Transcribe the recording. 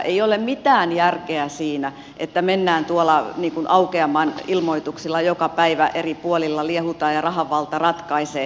ei ole mitään järkeä siinä että mennään tuolla aukeaman ilmoituksilla joka päivä eri puolilla liehutaan ja rahan valta ratkaisee